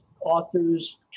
authors